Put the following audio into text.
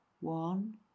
one